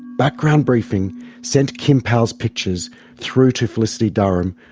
background briefing sent kim powell's pictures through to felicity durham,